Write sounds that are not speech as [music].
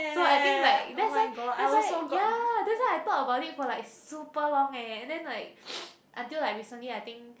so I think like that's why that's why ya that's why I thought about it for like super long eh then like [noise] until like recently I think